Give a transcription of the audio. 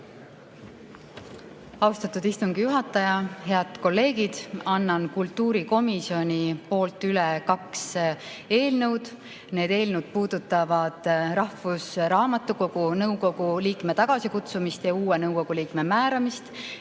Austatud istungi juhataja! Head kolleegid! Annan kultuurikomisjoni poolt üle kaks eelnõu. Üks eelnõu puudutab rahvusraamatukogu nõukogu liikme tagasikutsumist ja nõukogu uue liikme määramist